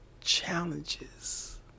challenges